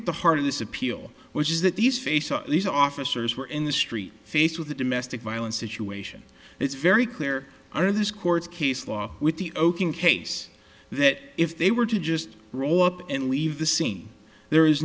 at the heart of this appeal which is that these these officers were in the street faced with a domestic violence situation it's very clear under this court case law with the oking case that if they were to just roll up and leave the scene there is